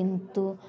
କିନ୍ତୁ